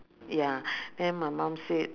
ya then my mum said